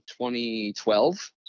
2012